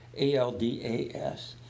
ALDAS